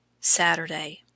SATURDAY